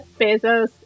Bezos